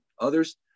others